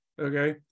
Okay